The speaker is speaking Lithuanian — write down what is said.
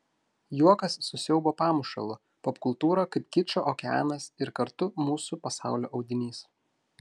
juokas su siaubo pamušalu popkultūra kaip kičo okeanas ir kartu mūsų pasaulio audinys